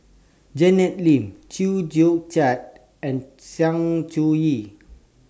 Janet Lim Chew Joo Chiat and Sng Choon Yee